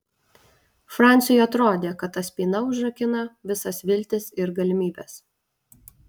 franciui atrodė kad ta spyna užrakina visas viltis ir galimybes